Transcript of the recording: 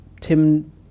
Tim